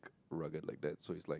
rugged like that so he's like